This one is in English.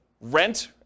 rent